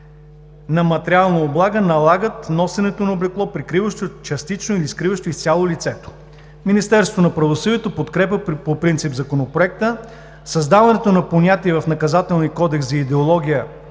на материална облага налагат носенето на облекло, прикриващо частично или скриващо изцяло лицето. Министерството на правосъдието подкрепя по принцип Законопроекта. Създаването на понятие в Наказателния кодекс за идеология